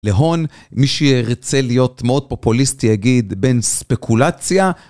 להון מי שירצה להיות מאוד פופוליסטי יגיד בן ספקולציה.